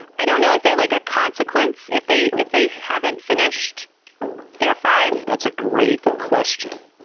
i don't know. is there like a consequence if they if they haven't finished their five? that's a great question.